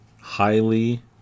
highly